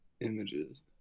images